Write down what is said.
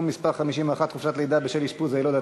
מס' 50) (הארכת חופשת לידה בשל אשפוז יילוד),